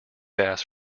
bass